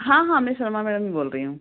हाँ हाँ मैं शर्मा मैडम ही बोल रही हूँ